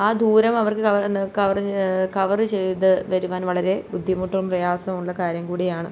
ആ ദൂരം അവർക്ക് കവർ കവർ കവറ് ചെയ്ത് വരുവാൻ വളരെ ബുദ്ധിമുട്ടും പ്രയാസമുള്ള കാര്യം കൂടിയാണ്